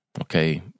okay